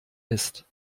ist